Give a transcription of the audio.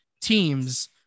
teams